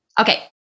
Okay